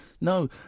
no